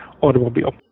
automobile